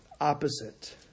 Opposite